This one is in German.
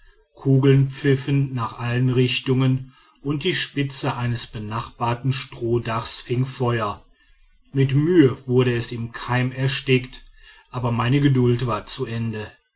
kugeln pfiffen nach allen richtungen und die spitze eines benachbarten strohdachs fing feuer mit mühe wurde es im keim erstickt aber meine geduld war zu ende